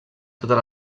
totes